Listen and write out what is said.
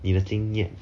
你的经验